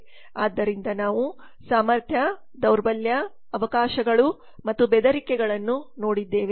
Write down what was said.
ಆದ್ದರಿಂದ ನಾವು ಸಾಮರ್ಥ್ಯ ದೌರ್ಬಲ್ಯ ಅವಕಾಶಗಳು ಮತ್ತು ಬೆದರಿಕೆಗಳನ್ನು ನೋಡಿದ್ದೇವೆ